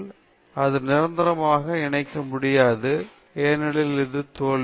ஆனால் இது நிரந்தரமாக இணைக்க முடியாது ஏனெனில் இது தோல்வி